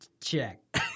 check